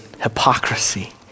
hypocrisy